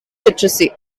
literacy